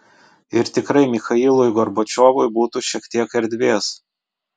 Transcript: ir tikrai michailui gorbačiovui būtų šiek tiek erdvės